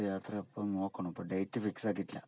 അടുത്തയാത്ര ഇപ്പം നോക്കണം ഇപ്പം ഡേറ്റ് ഫിക്സ് ആക്കിയിട്ടില്ല